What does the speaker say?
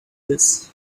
this